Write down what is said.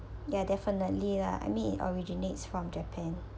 ya definitely lah I mean it originates from japan